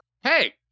Hey